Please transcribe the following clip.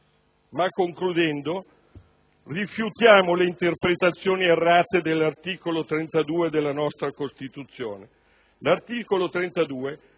Concludendo, noi rifiutiamo le interpretazioni errate dell'articolo 32 della nostra Costituzione.